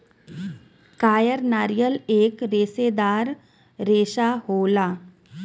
कायर नारियल एक रेसेदार रेसा होला